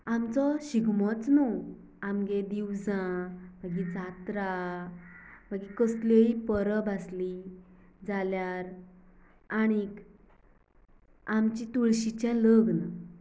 आमचो शिगमोच न्हय आमगें दिवजां मागीर जात्रां मागीर कसलेंय परब आसली जाल्यार आनीक आमचें तुळशीचें लग्न